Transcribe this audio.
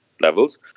levels